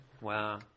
Wow